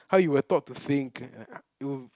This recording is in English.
how you were thought to think